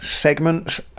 segments